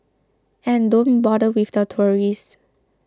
and don't bother with the tourists